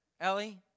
Ellie